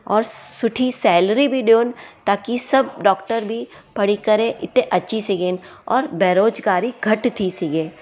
और सुठी सैलरी बि ॾियणु ताक़ी सभु डॉक्टर बि पढ़ी करे इते अची सघनि और बेरोज़गारी घटि थी सघे